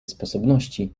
sposobności